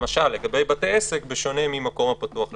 למשל לגבי בתי עסק בשונה ממקום הפתוח לציבור.